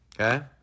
Okay